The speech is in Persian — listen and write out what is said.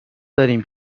داریم